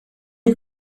you